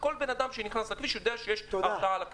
שכל בן אדם שנכנס לכביש יודע שיש הרתעה על הכביש.